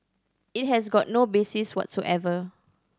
it has got no basis whatsoever